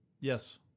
Yes